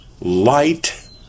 light